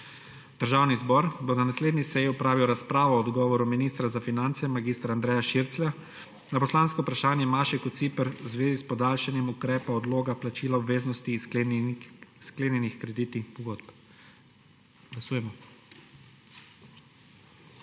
Državni zbor bo na naslednji seji opravil razpravo o odgovoru ministra za finance mag. Andreja Širclja na poslansko vprašanje Maše Kociper v zvezi s podaljšanjem ukrepa odloga plačila obveznosti iz sklenjenih kreditnih pogodb. Glasujemo.